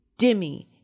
Dimmy